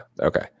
Okay